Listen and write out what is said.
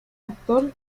actor